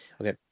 okay